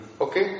Okay